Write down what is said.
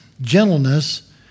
gentleness